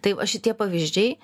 tai va šitie pavyzdžiai